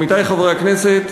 עמיתי חברי הכנסת,